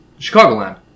Chicagoland